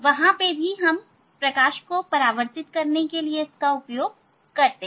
वहां हम इसे प्रकाश को परावर्तित करने के लिए प्रयोग करते हैं